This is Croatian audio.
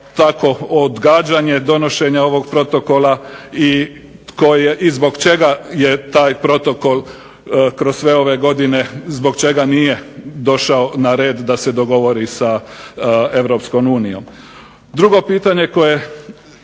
tako odgađanje donošenja ovog Protokola i zbog čega je taj Protokol kroz sve ove godine, zbog čega nije došao na red da se dogovori sa europskom unijom. Drugo pitanje koje